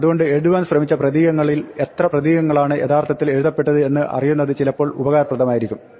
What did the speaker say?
അതുകൊണ്ട് എഴുതുവാൻ ശ്രമിച്ച പ്രതീകങ്ങളിൽ എത്ര പ്രതീകങ്ങളാണ് യഥാർത്ഥത്തിൽ എഴുതപ്പെട്ടത് എന്ന് അറിയുന്നത് ചിലപ്പോൾ ഉപകാരപ്രദമായിരിക്കും